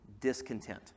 discontent